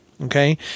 Okay